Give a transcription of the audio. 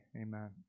Amen